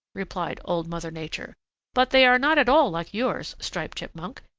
replied old mother nature but they are not at all like yours, striped chipmunk.